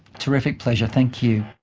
terrific pleasure, thank you.